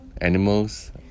animals